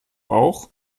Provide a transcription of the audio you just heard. auch